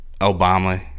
Obama